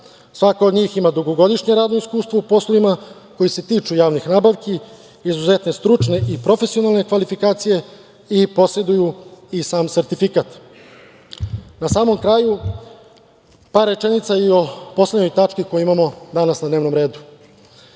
Svaka od njih ima dugogodišnje radnog iskustvo u poslovima koji se tiču javnih nabavki, izuzetne stručne i profesionalne kvalifikacije i poseduju i sam sertifikat. Na samom kraju, par rečenica i o poslednjoj tački koju imamo danas na dnevnom redu.